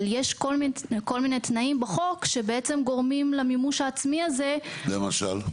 אבל יש כל מיני תנאים בחוק שבעצם גורמים למימוש העצמי הזה --- למשל?